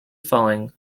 falling